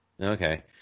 Okay